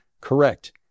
correct